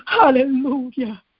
Hallelujah